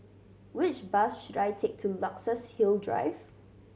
which bus should I take to Luxus Hill Drive